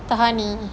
tahani